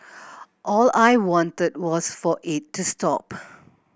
all I wanted was for it to stop